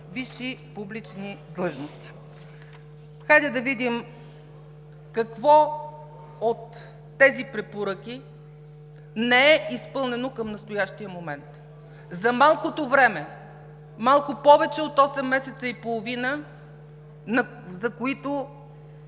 висши публични длъжности. Хайде да видим какво от тези препоръки не е изпълнено към настоящия момент, за малкото време, малко повече от осем месеца и половина, за които